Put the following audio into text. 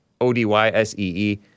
O-D-Y-S-E-E